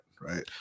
right